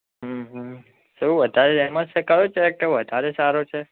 હં હં કયું વધારે એમાં છે કયો કેરેક્ટર વધારે સારો છે